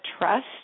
trust